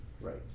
Right